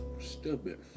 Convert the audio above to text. Stupid